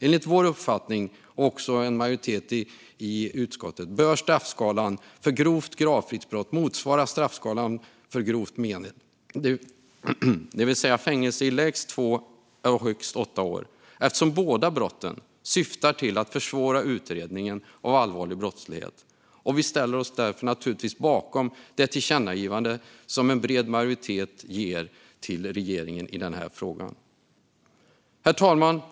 Enligt vår och utskottsmajoritetens uppfattning bör straffskalan för grovt gravfridsbrott motsvara straffskalan för grov mened, det vill säga fängelse i lägst två och högst åtta år, eftersom båda brotten syftar till att försvåra utredningen av allvarlig brottslighet. Därför ställer vi oss bakom det tillkännagivande till regeringen som en bred majoritet vill se i denna fråga. Herr talman!